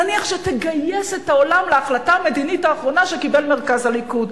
נניח שתגייס את העולם להחלטה המדינית האחרונה שקיבל מרכז הליכוד.